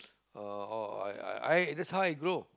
uh I I that's how I grow